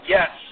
Yes